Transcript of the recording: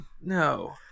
No